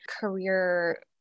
career